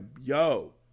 yo